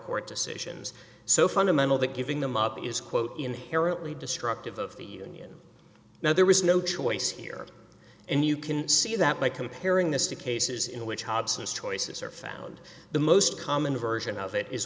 court decisions so fundamental that giving them up is quote inherently destructive of the union now there is no choice here and you can see that by comparing this to cases in which hobson's choices are found the most common version of it is